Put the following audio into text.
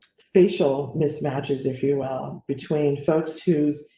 spatial mismatches if you well between folks whose.